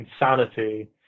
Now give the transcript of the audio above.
insanity